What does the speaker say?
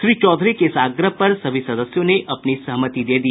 श्री चौधरी के इस आग्रह पर सभी सदस्यों ने अपनी सहमति दे दी